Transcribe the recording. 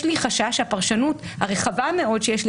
יש לי חשש שהפרשנות הרחבה מאוד שיש לי